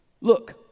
look